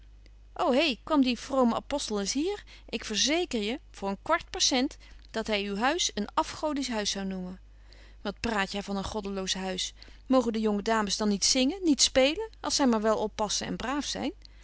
ô he kwam die vrome apostel eens hier ik verzeker je voor een kwart percent dat hy uw huis een afgodisch huis zou noemen wat praat jy van een goddeloos huis mogen de jonge dames dan niet zingen niet spelen als zy maar wel oppassen en braaf zyn